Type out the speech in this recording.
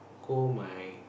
call my